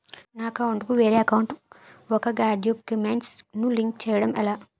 నా అకౌంట్ కు వేరే అకౌంట్ ఒక గడాక్యుమెంట్స్ ను లింక్ చేయడం ఎలా?